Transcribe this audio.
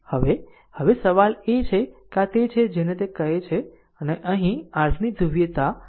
હવે હવે સવાલ એ છે કે આ તે છે જેને તે કહે છે અને અહીં r ની ધ્રુવીયતા છે